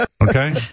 Okay